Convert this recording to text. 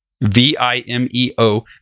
V-I-M-E-O